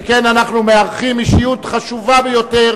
שכן אנחנו מארחים אישיות חשובה ביותר